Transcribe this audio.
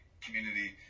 community